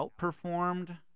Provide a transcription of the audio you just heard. outperformed